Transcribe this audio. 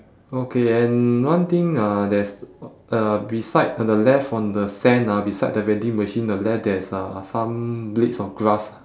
okay and one thing uh there's uh beside on the left on the sand ah beside the vending machine the left there is uh some blades of grass